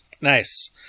Nice